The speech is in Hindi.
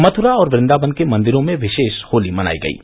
मथुरा और व्रन्दावन के मंदिरों में विशेष होली मनाई गयी